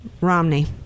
Romney